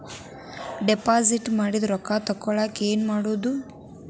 Deposit ಮಾಡಿದ ರೊಕ್ಕ ತಗೋಳಕ್ಕೆ ಏನು ಮಾಡೋದು?